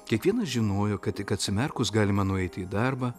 kiekvienas žinojo kad tik atsimerkus galima nueiti į darbą